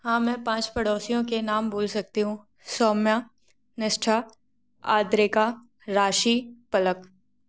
हाँ मैं पाँच पड़ोसियों के नाम बोल सकती हूँ सौम्या निष्ठा आद्रेका राशी पलक